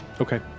Okay